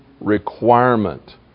requirement